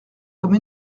comme